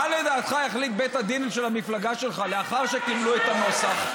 מה לדעתך יחליט בית הדין של המפלגה שלך לאחר שקיבלו את הנוסח?